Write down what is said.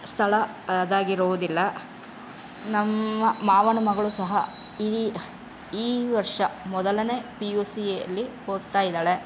ಸ್ಥಳ ಅದಾಗಿರೋದಿಲ್ಲ ನಮ್ಮ ಮಾವನ ಮಗಳು ಸಹ ಈ ಈ ವರ್ಷ ಮೊದಲನೇ ಪಿ ಯು ಸಿಯಲ್ಲಿ ಓದ್ತಾ ಇದ್ದಾಳೆ